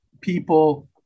people